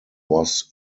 was